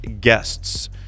guests